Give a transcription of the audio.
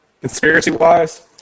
conspiracy-wise